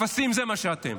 אפסים, זה מה שאתם.